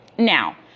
Now